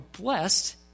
blessed